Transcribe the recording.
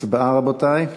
רבותי,